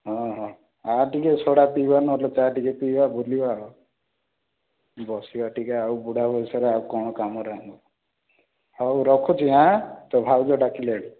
ହଁ ହଁ ଆ ଟିକେ ସୋଡ଼ା ପିଇବା ନହେଲେ ଚା' ଟିକେ ପିଇବା ବୁଲିବା ବସିବା ଟିକେ ଆଉ ବୁଢ଼ା ବୟସରେ ଆଉ କ'ଣ କାମରେ ଆମର ହଉ ରଖୁଛି ଆଁ ତୋ ଭାଉଜ ଡାକିଲାଣି